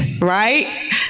right